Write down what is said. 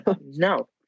No